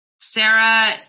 Sarah